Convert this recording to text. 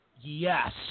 yes